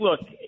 look –